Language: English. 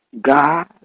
God